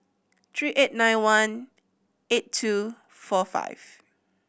three eight nine one eight two four five